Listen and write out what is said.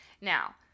Now